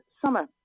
summer